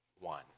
one